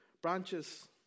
branches